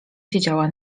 siedziała